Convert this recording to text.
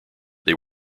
they